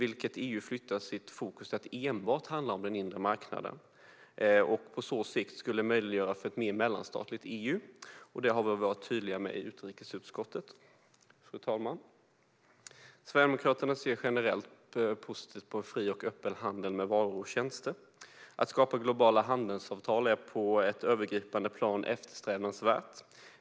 I detta scenario flyttar EU sitt fokus till att enbart handla om den inre marknaden, vilket på sikt skulle möjliggöra ett mer mellanstatligt EU. Detta har vi varit tydliga med i utrikesutskottet. Fru talman! Sverigedemokraterna ser generellt positivt på en fri och öppen handel med varor och tjänster. Att skapa globala handelsavtal är på ett övergripande plan eftersträvansvärt.